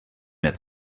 mehr